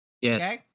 yes